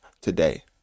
today